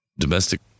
domestic